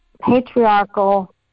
patriarchal